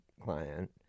client